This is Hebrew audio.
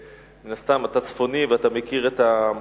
מן הסתם אתה צפוני ואתה מכיר את,